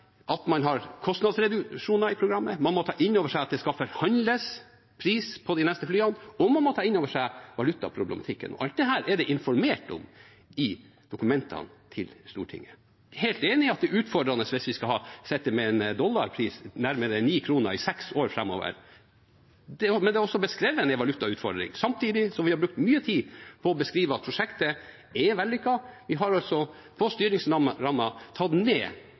at man har kostnadsreduksjoner i programmet, man må ta inn over seg at det skal forhandles pris på de neste flyene, og man må ta inn over seg valutaproblematikken. Alt dette er det informert om i dokumentene til Stortinget. Jeg er helt enig i at det er utfordrende hvis vi skal sitte med en dollarpris på nærmere 9 kr i seks år framover, men en valutautfordring er også beskrevet, samtidig som vi har brukt mye tid på å beskrive at prosjektet er vellykket. På styringsrammen har vi per nå gått ned